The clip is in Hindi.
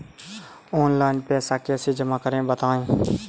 ऑनलाइन पैसा कैसे जमा करें बताएँ?